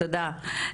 תודה.